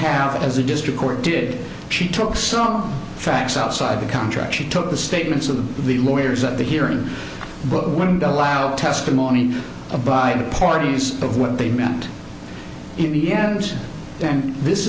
have it as a district court did she took some facts outside the contract she took the statements of the lawyers at the hearing but one does allow testimony of by the parties of what they meant in the end and this